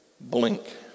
blink